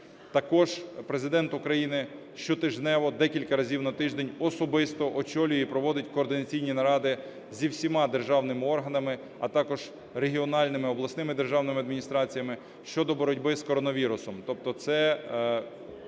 Також Президент України щотижнево, декілька разів на тиждень, особисто очолює і проводить координаційні наради зі всіма державними органами, а також регіональними, обласними державними адміністраціями щодо боротьби з коронавірусом.